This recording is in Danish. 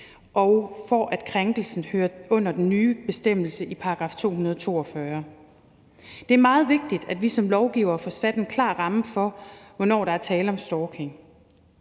og for at krænkelsen hører under den nye bestemmelse i § 242. Det er meget vigtigt, at vi som lovgivere får sat en klar ramme for, hvornår der er tale om stalking.